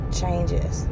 changes